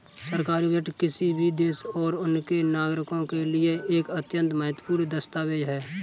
सरकारी बजट किसी भी देश और उसके नागरिकों के लिए एक अत्यंत महत्वपूर्ण दस्तावेज है